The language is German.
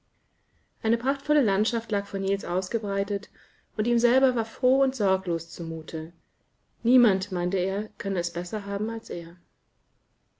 eine prachtvolle landschaft lag vor niels ausgebreitet und ihm selber war froh und sorglos zumute niemand meinteer könneesbesserhaben alser erhatteeinefreieaussichtnachallenseiten